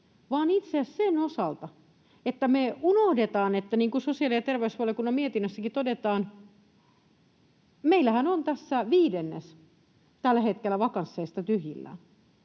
vaan itse asiassa sen osalta, että me unohdetaan, niin kuin sosiaali- ja terveysvaliokunnan mietinnössäkin todetaan, että meillähän on tässä viidennes vakansseista tyhjillään